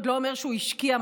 עוד לא אומר שהוא השקיע משהו.